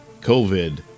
COVID